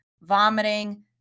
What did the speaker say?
vomiting